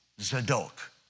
Zadok